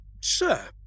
Sir